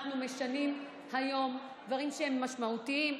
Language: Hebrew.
ואנחנו משנים היום דברים משמעותיים.